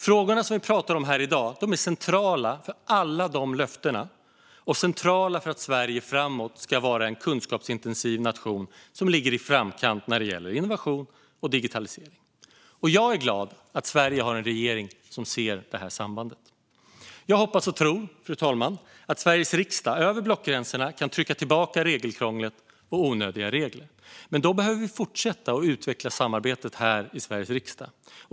Frågorna som vi pratar om här i dag är centrala för alla dessa löften och centrala för att Sverige framåt ska vara en kunskapsintensiv nation som ligger i framkant när det gäller innovation och digitalisering. Jag är glad att Sverige har en regering som ser det sambandet. Jag hoppas och tror, fru talman, att Sveriges riksdag över blockgränserna kan trycka tillbaka regelkrånglet och onödiga regler. Men då behöver vi fortsätta att utveckla samarbetet i Sveriges riksdag.